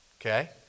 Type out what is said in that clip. Okay